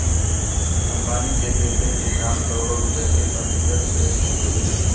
अंबानी के बेटे के नाम करोड़ों रुपए के पंजीकृत शेयर्स होंगे